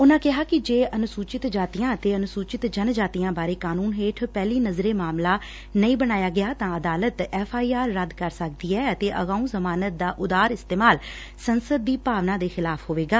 ਉਨਾਂ ਕਿਹਾ ਕਿ ਜੇ ਅਨੁਸੁਚਿਤ ਜਾਤੀਆਂ ਅਤੇ ਅਨੁਸੁਚਿਤ ਜਨਜਾਤੀਆਂ ਬਾਰੇ ਕਾਨੁੰਨ ਹੇਠ ਪਹਿਲੀ ਨਜ਼ਰੇ ਮਾਮਲਾ ਨਹੀਂ ਬਣਾਇਆ ਗਿਆ ਤਾ ਅਦਾਲਤ ਐਫ਼ ਆਈ ਆਰ ਰੱਦ ਕਰ ਸਕਦੀ ਐ ਅਤੇ ਅਗਾਉ ਜਮਾਨਤ ਦਾ ਉਦਾਰ ਇਸਤੇਮਾਲ ਸੰਸਦ ਦੀ ਭਾਵਨਾ ਦੇ ਖਿਲਾਫ਼ ਹੋਵੇਗਾ